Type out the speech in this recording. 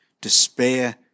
despair